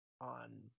on